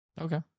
Okay